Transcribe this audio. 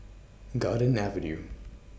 Garden Avenue